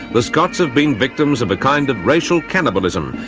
the scots have been victims of a kind of racial cannibalism,